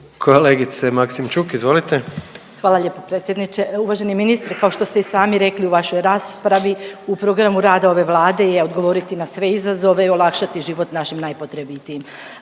izvolite. **Maksimčuk, Ljubica (HDZ)** Hvala lijepo predsjedniče. Uvaženi ministre, kao što ste i sami rekli u vašoj raspravi, u programu rada ove Vlade je odgovoriti na sve izazove i olakšati život našim najpotrebitijim.